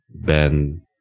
ben